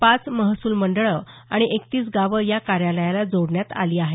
पाच महसूल मंडळं आणि एकतीस गावं या कार्यालयाला जोडण्यात आली आहेत